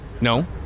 No